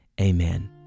amen